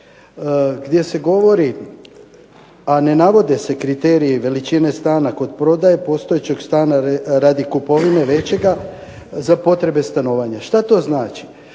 gdje se govori, a ne navode se kriteriji veličine stana kod prodaje postojećeg stana radi kupovine većega za potrebe stanovanja. Što to znači?